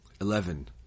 eleven